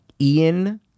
Ian